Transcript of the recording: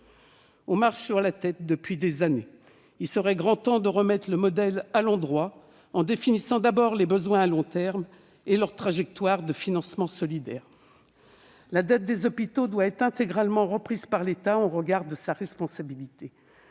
On marche sur la tête depuis des années : il serait grand temps de remettre le modèle à l'endroit, en définissant d'abord les besoins à long terme et la trajectoire de financement solidaire ! La dette des hôpitaux doit être intégralement reprise par l'État en regard de sa responsabilité.